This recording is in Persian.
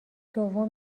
دوم